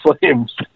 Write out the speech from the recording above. Flames